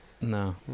No